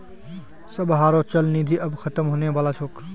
सबहारो चल निधि आब ख़तम होने बला छोक